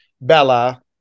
Bella